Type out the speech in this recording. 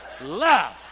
Love